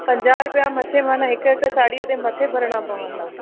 पंजाहु रुपिया मथे माना हिकु हिकु साड़ीअ ते मथे भरणा पवंदा